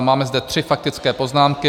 Máme zde tři faktické poznámky.